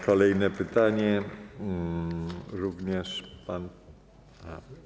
Kolejne pytanie również pan.